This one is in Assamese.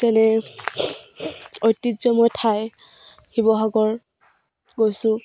যেনে ঐতিহ্যময় ঠাই শিৱসাগৰ গৈছোঁ